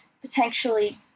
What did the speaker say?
potentially